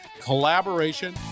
Collaboration